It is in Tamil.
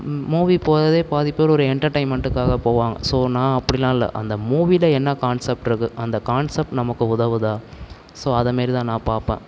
மூவி போகறதே பாதிப்பேரோடைய என்டர்டைன்மெண்ட்டுக்காக போவாங்க ஸோ நான் அப்படில்லாம் இல்லை அந்த மூவியில என்ன கான்செப்ட் இருக்கு அந்த கான்செப்ட் நமக்கு உதவுதாக ஸோ அத மேரி தான் நான் பார்ப்பன்